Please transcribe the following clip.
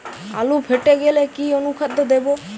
আলু ফেটে গেলে কি অনুখাদ্য দেবো?